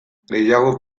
gehiago